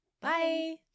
Bye